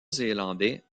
zélandais